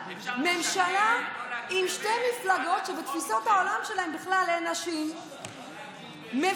ממשלה עם שתי מפלגות שבתפיסות העולם שלהן אין נשים בכלל,